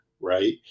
right